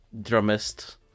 drumist